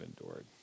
endured